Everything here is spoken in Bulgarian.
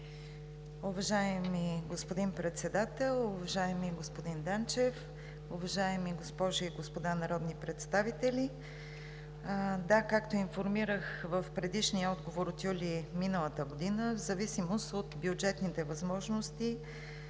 Уважаеми господин председател, уважаеми господин Данчев, уважаеми госпожи и господа народни представители! Да, както информирах в предишния отговор от месец юли миналата година, в зависимост от бюджетните възможности,